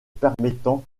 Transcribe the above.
permettant